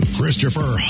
Christopher